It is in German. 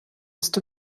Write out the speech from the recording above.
ist